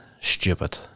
stupid